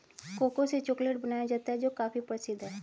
cocoa से chocolate बनाया जाता है जो काफी प्रसिद्ध है